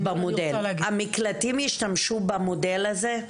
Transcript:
המקלטים ישתמשו במודל הזה?